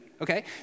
Okay